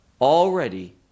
already